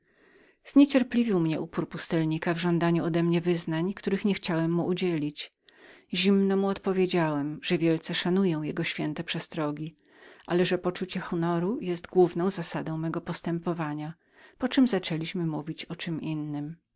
zniecierpliwił mnie ten upór pustelnika w żądaniu odemnie wyznań których niechciałem mu udzielić zimno mu odpowiedziałem że wielce szanuję jego święte przestrogi ale że uczucie własnego honoru było główną zasadą mego postępowania poczem zaczęliśmy mówić o czem innem